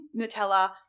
Nutella